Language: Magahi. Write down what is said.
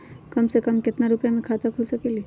कम से कम केतना रुपया में खाता खुल सकेली?